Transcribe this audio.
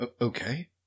Okay